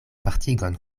partigon